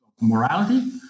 morality